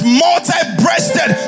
multi-breasted